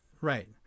Right